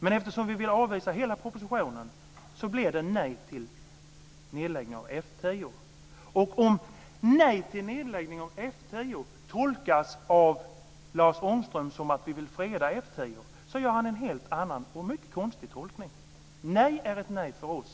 Men eftersom vi vill avvisa hela propositionen blir det nej till en nedläggning av Lars Ångström så att vi vill freda F 10, gör han en helt annan och mycket konstig tolkning. Ett nej är ett nej för oss.